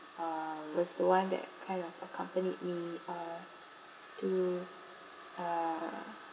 uh was the one that kind of accompanied me uh to uh